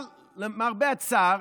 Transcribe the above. למרבה הצער,